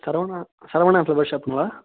Saravana Saravana flowers ஷாப்புங்களா